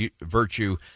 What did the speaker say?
Virtue